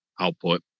output